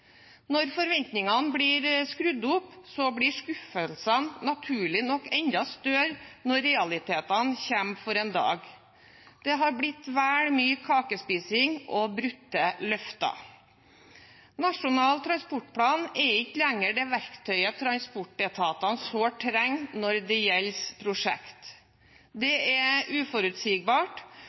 Når forventningene blir skrudd opp, blir skuffelsene naturlig nok enda større når realitetene kommer for en dag. Det har blitt vel mye kakespising og brutte løfter. Nasjonal transportplan er ikke lenger det verktøyet transportetatene sårt trenger når det gjelder prosjekter. Det er uforutsigbart,